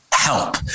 help